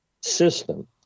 system